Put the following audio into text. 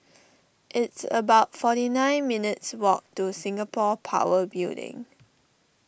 it's about forty nine minutes' walk to Singapore Power Building